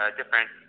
different